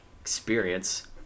experience